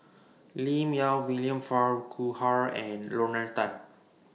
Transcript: Lim Yau William Farquhar and Lorna Tan